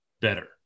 better